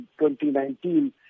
2019